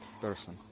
person